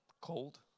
cold